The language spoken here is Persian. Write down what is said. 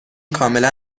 کاملا